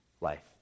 life